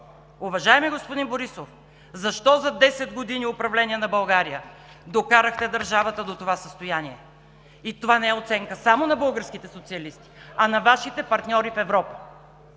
Уважаеми господин Борисов, защо за 10 години управление на България докарахте държавата до това състояние? И това не е оценка само на българските социалисти, а на Вашите партньори в Европа.